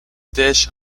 dish